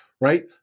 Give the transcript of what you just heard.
right